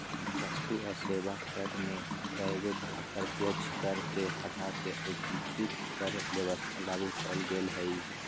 वस्तु आ सेवा कर में कयगो अप्रत्यक्ष कर के हटा कऽ एकीकृत कर व्यवस्था लागू कयल गेल हई